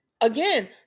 again